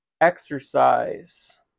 exercise